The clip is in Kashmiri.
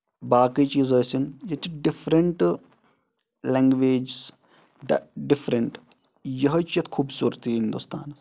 باقٕے چیٖز ٲسِنۍ ییٚتہِ چھِ ڈِفرنٹ لینگویجز ڈِفرنٹ یِہوے چھِ یَتھ خوٗبصوٗرتی ہِندوستان